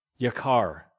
yakar